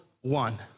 one